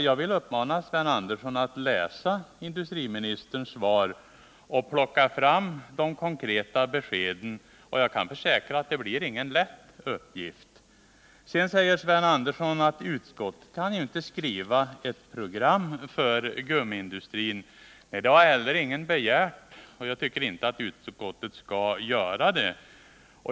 Jag vill då uppmana Sven Andersson att läsa industriministerns svar och plocka fram de konkreta beskeden — jag kan försäkra att det inte blir någon lätt uppgift. Sedan säger Sven Andersson att utskottet inte kan skriva ett program för gummiindustrin. Nej, det har heller ingen begärt, och jag tycker inte att utskottet skall göra det.